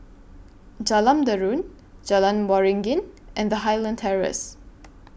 Jalan Derum Jalan Waringin and Highland Terrace